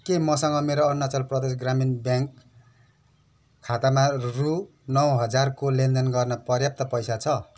के मसँग मेरो अरुणाचल प्रदेश ग्रामीण ब्याङ्क खातामा रु नौ हजारको लेनदेन गर्न पर्याप्त पैसा छ